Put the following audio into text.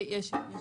יש הערות?